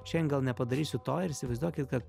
šian gal nepadarysiu to ir įsivaizduokit kad